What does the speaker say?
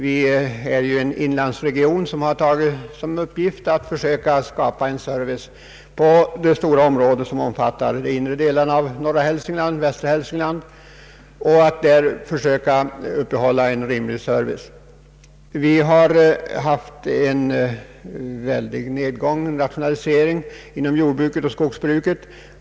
Det är en inlandsregion, som tagit till sin uppgift att försöka skapa service för det stora område som omfattar de inre delarna av norra och västra Hälsingland. Vi har haft en väldig nedgång i fråga om arbetstillfällen på grund av rationalisering inom jordbruket och skogsbruket.